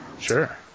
Sure